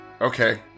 okay